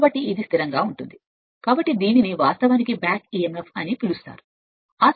కాబట్టి armature circuit యొక్క నిరోధకత ద్వారా వాస్తవానికి విద్యుత్తును నడిపించే ఈ రెండు తల పరిమాణాల మధ్య తేడా ఉంది